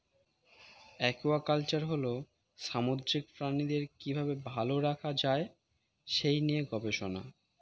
aquaculture হল সামুদ্রিক প্রাণীদের কি ভাবে ভালো রাখা যায় সেই নিয়ে গবেষণা